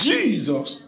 Jesus